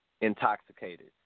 intoxicated